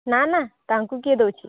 ନା ନା ତାଙ୍କୁ କିଏ ଦଉଛି